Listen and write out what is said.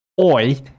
Oi